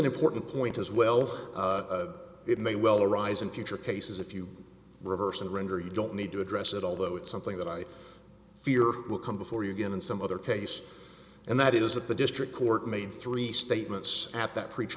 an important point as well it may well arise in future cases if you reverse and render you don't need to address it although it's something that i fear will come before you again in some other case and that is that the district court made three statements at that pre ch